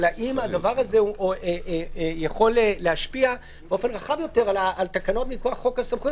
האם הדבר הזה יכול להשפיע באופן רחב יותר על תקנות מכוח חוק הסמכויות?